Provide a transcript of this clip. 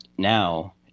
Now